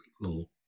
little